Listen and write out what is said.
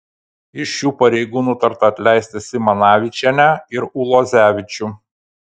iš šių pareigų nutarta atleisti simanavičienę ir ulozevičių